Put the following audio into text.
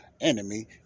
enemy